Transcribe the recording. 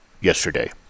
yesterday